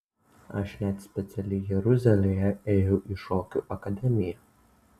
aš net specialiai jeruzalėje ėjau į šokių akademiją